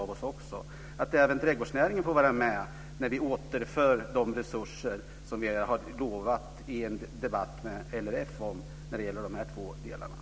Jag förutsätter att även trädgårdsnäringen får vara med när vi återför de resurser som vi har lovat i en debatt med LRF.